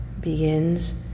begins